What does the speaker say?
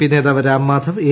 P നേതാവ് Ram Madhav A